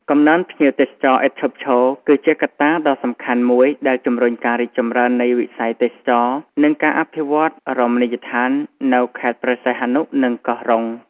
កំណើនភ្ញៀវទេសចរឥតឈប់ឈរ គឺជាកត្តាដ៏សំខាន់មួយដែលជំរុញការរីកចម្រើននៃវិស័យទេសចរណ៍ និងការអភិវឌ្ឍន៍រមណីយដ្ឋាននៅខេត្តព្រះសីហនុ និងកោះរ៉ុង។